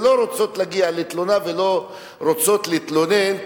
והן לא רוצות להגיע לתלונה ולא רוצות להתלונן,